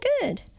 good